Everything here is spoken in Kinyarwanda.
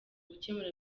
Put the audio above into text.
gukemura